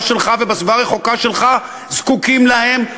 שלך ובסביבה הרחוקה שלך זקוקים להם,